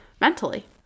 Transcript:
mentally